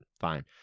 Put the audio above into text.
fine